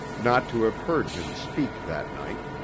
not to have heard him speak that night.